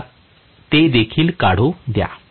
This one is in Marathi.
मला ते देखील काढू द्या